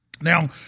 Now